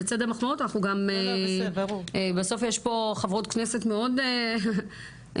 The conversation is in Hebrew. לצד המחמאות אנחנו גם בסוף יש פה חברות כנסת מאוד מעורבות,